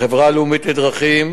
החברה הלאומית לדרכים,